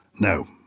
no